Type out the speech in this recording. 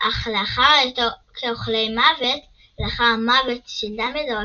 אך לאחר היותו כאוכלי מוות ולאחר המוות של דמבלדור,